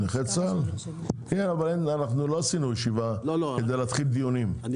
אנחנו לא קיימנו ישיבה כדי להתחיל דיונים,